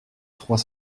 trois